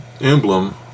emblem